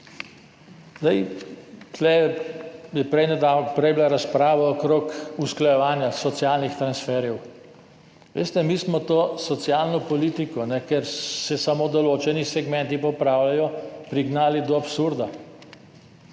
Prej je bila razprava o usklajevanju socialnih transferjev. Veste, mi smo to socialno politiko, ker se samo določeni segmenti popravljajo, prignali do absurda.